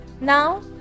Now